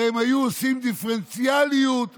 הרי הם היו עושים דיפרנציאליות בדיאט,